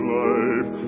life